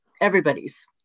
everybody's